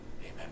Amen